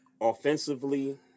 offensively